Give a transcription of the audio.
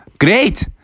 great